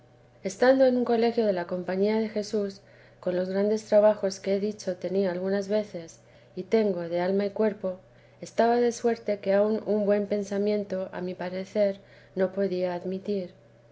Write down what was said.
estando en un colegio de la compañía de jesús con los grandes trabajos que he dicho tenía algunas veces y tengo de alma y de cuerpo estaba de suerte que aun un buen pensamiento a mi parecer no podía admitir